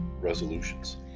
resolutions